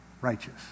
righteous